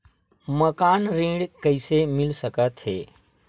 मकान ऋण कइसे मिल सकथे?